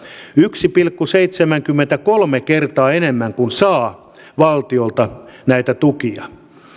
yksi pilkku seitsemänkymmentäkolme kertaa enemmän kuin saa valtiolta näitä tukia